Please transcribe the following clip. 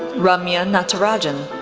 ramya natarajan,